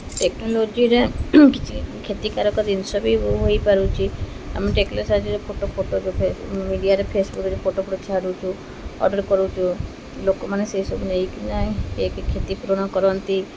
ଟେକ୍ନୋଲୋଜିରେ କିଛି କ୍ଷତିକାରକ ଜିନିଷ ବି ହୋଇପାରୁଛି ଆମେ ଟେକ୍ନୋଲୋଜିରେ ଫଟୋ ଫଟୋ ମିଡ଼ିଆରେ ଫେସ୍ବୁକ୍ରେ ଫଟୋ ଫଟୋ ଛାଡ଼ୁଛୁ ଅର୍ଡ଼ର୍ କରୁଛୁ ଲୋକମାନେ ସେସବୁ ନେଇକିନା କିଏ କ୍ଷତି ପୂରଣ କରନ୍ତି